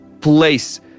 place